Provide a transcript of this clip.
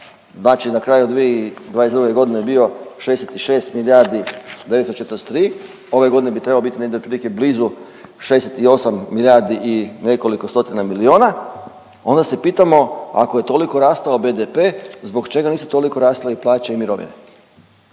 znači na kraju 2022.g. je bio 66 milijardi 943, ove godine bi trebao biti negdje otprilike blizu 68 milijardi nekoliko stotina miliona, onda se pitamo ako je toliko rasta BDP zbog čega nisu toliko rasle i plaće i mirovine,